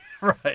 Right